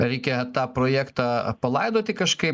reikia tą projektą palaidoti kažkaip